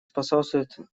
способствуют